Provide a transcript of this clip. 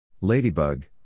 Ladybug